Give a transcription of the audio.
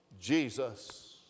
Jesus